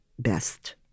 best